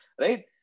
right